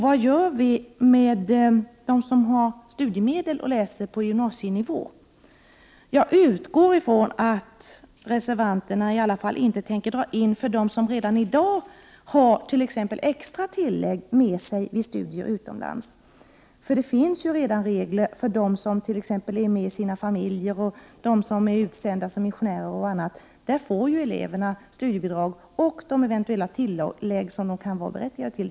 Vad gör vi med dem som har studiemedel och som läser på gymnasienivå? Jag utgår ifrån att reservanterna i alla fall inte tänker dra in för dem som i dag får t.ex. extra tillägg vid studier utomlands. Det finns ju redan regler för elever som exempelvis är utomlands med sina familjer. Det kan gälla dem som är utsända som missionärer. Sådana elever får studiebidrag och de eventuella tillägg som de kan vara berättigade till.